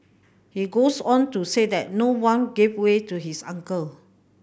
he goes on to say that no one gave way to his uncle